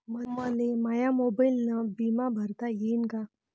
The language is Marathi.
मले माया मोबाईलनं बिमा भरता येईन का?